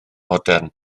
modern